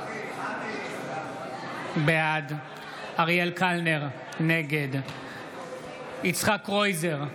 בעד אריאל קלנר, נגד יצחק קרויזר,